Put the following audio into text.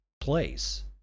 place